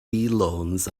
loans